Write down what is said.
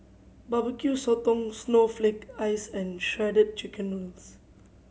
Barbecue Sotong snowflake ice and Shredded Chicken Noodles